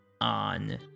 on